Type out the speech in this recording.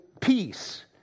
peace